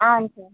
అవును సార్